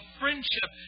friendship